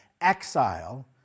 exile